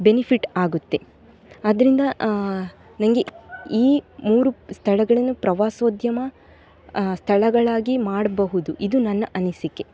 benefit ಆಗುತ್ತೆ ಅದರಿಂದ ನನಗೆ ಈ ಮೂರು ಸ್ಥಳಗಳನ್ನು ಪ್ರವಾಸೋದ್ಯಮ ಸ್ಥಳಗಳಾಗಿ ಮಾಡಬಹುದು ಇದು ನನ್ನ ಅನಿಸಿಕೆ